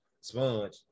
sponge